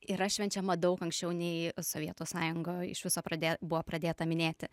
yra švenčiama daug anksčiau nei sovietų sąjungoj iš viso pradė buvo pradėta minėti